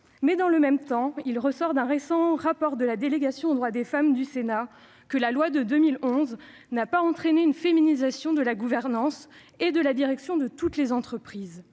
Dans le même temps, il ressort d'un récent rapport de la délégation sénatoriale aux droits des femmes que la loi de 2011 n'a pas entraîné une féminisation de la gouvernance et de la direction de toutes les entreprises.